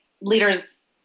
leaders